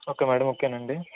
okay madam okay నండి